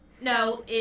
no